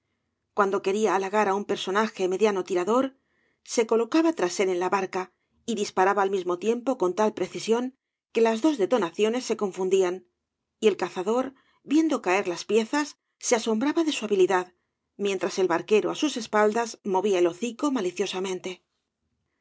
cuando quería halagar á un personaje mediano tirador se colocaba tras él en la barca y disparaba al mismo tiempo con tal precisión que las dos detonaciones se confundían y el cazador viendo caer las piezas se asombraba de su habilidad mientras el barquero á sus espaldas movía el hocico